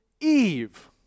Eve